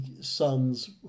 sons